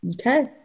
Okay